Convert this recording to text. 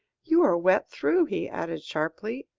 you are wet through, he added sharply,